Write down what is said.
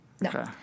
No